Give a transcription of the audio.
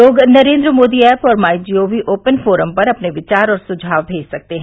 लोग नरेन्द्र मोदी ऐप और MyGov open forum पर अपने विवार और सुझाव भेज सकते हैं